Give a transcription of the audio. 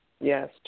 Yes